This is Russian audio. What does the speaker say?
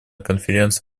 конференции